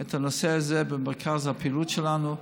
את הנושא הזה במרכז הפעילות שלנו.